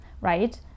right